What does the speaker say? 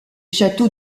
châteaux